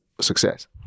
success